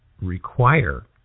require